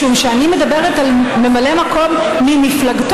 משום שאני מדברת על ממלא מקום ממפלגתו,